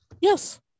Yes